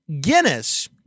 Guinness